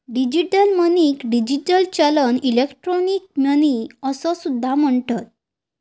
digital मनीक digital चलन, electronic money असो सुद्धा म्हणतत